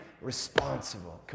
responsible